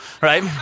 right